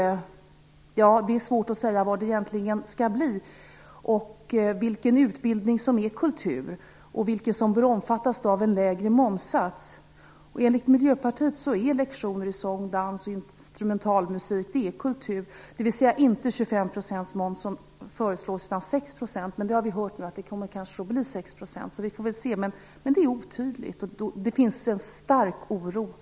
Det är svårt att säga hur det egentligen skall bli, vilken utbildning som är kultur och bör omfattas av en lägre momssats. Enligt Miljöpartiet är lektioner i sång, dans och instrumentalmusik kultur, och skall inte ha 25 % moms utan 6 %. Nu har vi fått höra att det kanske kommer att bli så, men det är otydligt och det finns en stark oro.